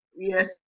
Yes